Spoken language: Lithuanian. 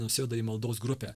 nusiveda į maldos grupę